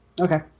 Okay